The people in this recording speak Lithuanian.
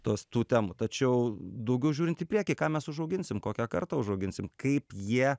tos tų temų tačiau daugiau žiūrint į priekį ką mes užauginsim kokią kartą užauginsim kaip jie